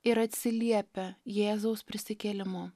ir atsiliepia jėzaus prisikėlimu